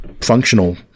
functional